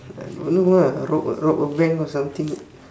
I don't know ah rob a rob a bank or something